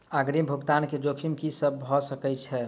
अग्रिम भुगतान केँ जोखिम की सब भऽ सकै हय?